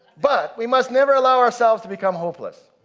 but we must never allow ourselves to become hopeless.